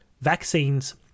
vaccines